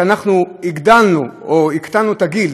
שאנחנו הקטנו את הגיל,